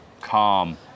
calm